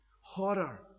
horror